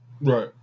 Right